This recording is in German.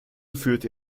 führte